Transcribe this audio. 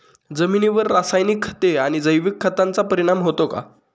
जमिनीवर रासायनिक खते आणि जैविक खतांचा परिणाम होतो का?